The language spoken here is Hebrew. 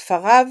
ספריו